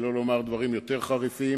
שלא לומר דברים יותר חריפים,